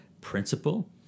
principle